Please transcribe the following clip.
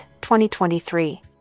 2023